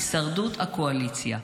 הישרדות הקואליציה.